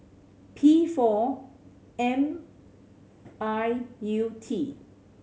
P four M I U T